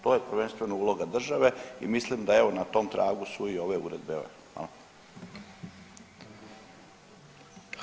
To je prvenstveno uloga države i mislim da evo na tom tragu su i ove uredbe jel.